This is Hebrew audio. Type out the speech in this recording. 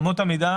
אמות המידה.